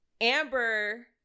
Amber